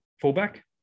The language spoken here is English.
fullback